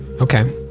Okay